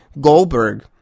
Goldberg